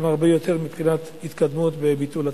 הרבה יותר מבחינת ההתקדמות בביטול הצווים.